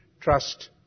trust